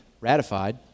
ratified